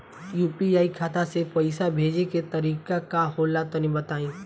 UPI खाता से पइसा भेजे के तरीका का होला तनि बताईं?